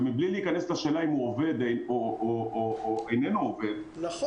ומבלי להיכנס לשאלה אם הוא עובד או איננו עובד -- נכון.